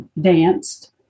danced